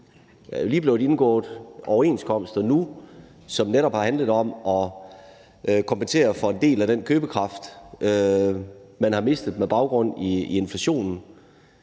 Der er lige blevet indgået overenskomster nu, som netop har handlet om at kompensere for en del af den købekraft, man har mistet med baggrund i inflationen.